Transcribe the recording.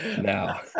Now